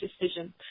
decision